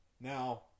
Now